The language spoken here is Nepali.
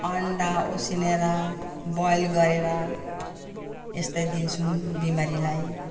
अन्डा उसिनेर बोयल गरेर यस्तै दिन्छौँ बिमारीलाई